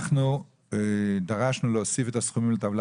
אנחנו דרשנו להוסיף את הסכומים לטבלה